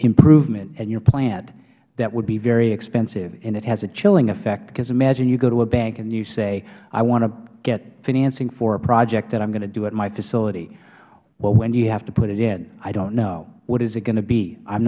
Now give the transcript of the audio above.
improvement in your plant that would be very expensive and it has a chilling effect because imagine you go to a bank and you say you want to get financing for a project that i am going to do at my facility well when do you have to put it in i don't know what is it going to be i'm